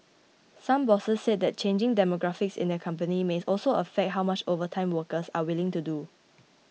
some bosses said that changing demographics in their companies may also affect how much overtime workers are willing to do